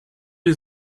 les